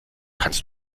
kannst